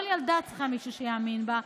כל ילדה צריכה מישהו שיאמין בה,